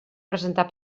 presentar